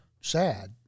sad